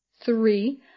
Three